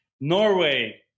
norway